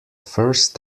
first